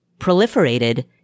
proliferated